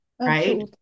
right